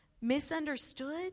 misunderstood